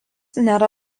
nėra